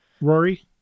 Rory